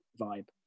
vibe